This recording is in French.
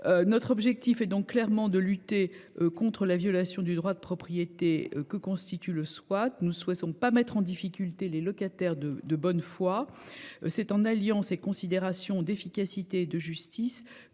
Notre objectif est donc clairement de lutter contre la violation du droit de propriété que constitue le squat. Nous souhaitons pas mettre en difficulté les locataires de de bonne foi. C'est en alliant ses considérations d'efficacité de justice